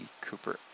Cooper